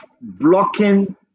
blocking